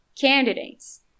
candidates